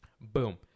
Boom